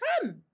Come